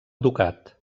ducat